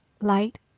light